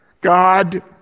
God